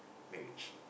marriage